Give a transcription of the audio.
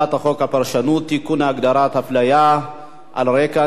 הגדרת הפליה על רקע נטייה מינית או זהות מגדר),